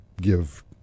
give